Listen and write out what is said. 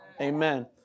Amen